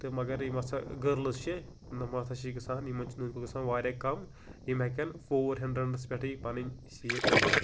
تہٕ مگر یِم ہسا گٔرلٕز چھِ نوٚمَن ہسا چھُ گژھان یِمن چھِنہٕ گژھان واریاہ کَم یِم ہیٚکیٚن فور ہنٛڈرَڈس پٮ۪ٹھٕے پَنٕنۍ سیٖٹ کٔڑِتھ